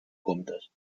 comptes